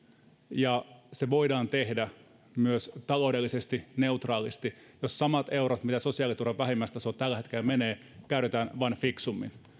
ja se voidaan tehdä myös taloudellisesti neutraalisti jos samat eurot mitä sosiaaliturvan vähimmäistasoon tällä hetkellä menee käytetään vain fiksummin